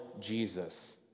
Jesus